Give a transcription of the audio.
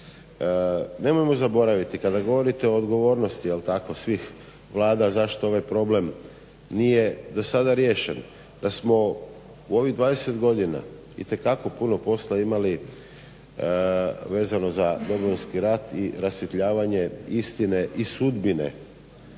Nemojmo zaboraviti kada govorite o odgovornosti jel tako svih vlada zašto ovaj problem nije do sada riješen, da smo u ovih 20 godina itekako puno posla imali vezano za Domovinski rat i rasvjetljavanje istine i sudbine